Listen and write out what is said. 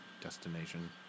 Destination